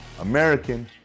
American